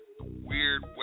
weird